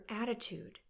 attitude